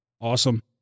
Awesome